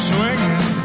Swinging